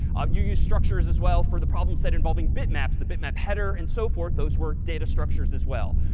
you use structures as well for the problem set involving bitmaps, the bitmap header and so forth. those were data structures as well.